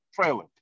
trailer